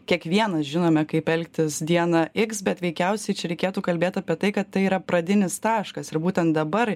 kiekvienas žinome kaip elgtis dieną iks bet veikiausiai čia reikėtų kalbėt apie tai kad tai yra pradinis taškas ir būtent dabar